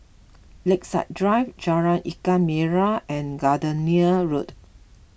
Lakeside Drive Jalan Ikan Merah and Gardenia Road